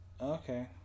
Okay